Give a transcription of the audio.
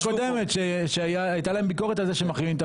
בכנסת הקודמת הייתה להם ביקורת על כך שמחרימים את הוועדות.